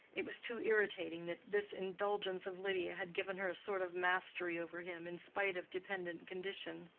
it was too irritating that this indulgence of lydia had given her a sort of mastery over him in spite of dependent condition.